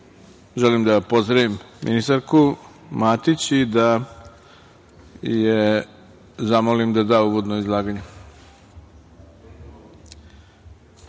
želim da pozdravim ministarku Matić i da je zamolim da da uvodno izlaganje.